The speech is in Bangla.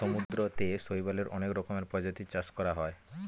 সমুদ্রতে শৈবালের অনেক রকমের প্রজাতির চাষ করা হয়